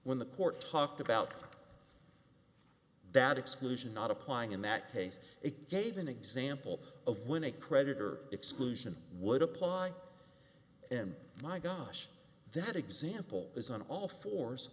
when the court talked about that exclusion not applying in that case it gave an example of when a creditor exclusion would apply and my gosh that example is on all fours